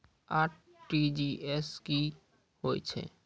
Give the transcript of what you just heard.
RTGS की होय छै?